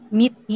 meet